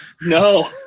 No